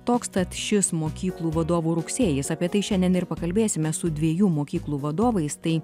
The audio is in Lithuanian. toks tad šis mokyklų vadovų rugsėjis apie tai šiandien ir pakalbėsime su dviejų mokyklų vadovais tai